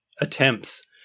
attempts